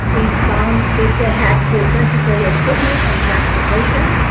we found that they had the necessary equipment and transportation.